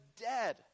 dead